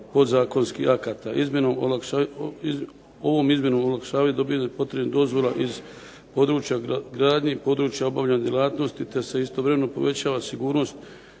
podzakonskih akata. Ovom izmjenom olakšava se dobivanje potrebnih dozvola iz područja gradnje i područja obavljanja djelatnosti, te se istovremeno povećava sigurnost